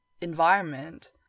environment